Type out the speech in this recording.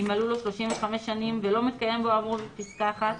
אם מלאו לו 35 שנים ולא מתקיים בו האמור בפסקה (1),